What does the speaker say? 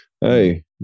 Hey